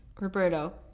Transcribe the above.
Roberto